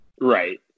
Right